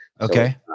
Okay